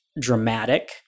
dramatic